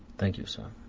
thank you, sir.